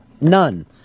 None